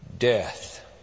Death